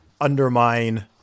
undermine